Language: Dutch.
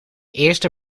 eerste